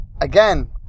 again